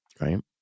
Right